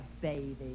baby